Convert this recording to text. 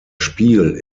spiel